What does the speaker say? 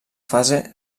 fase